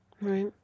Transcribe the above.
right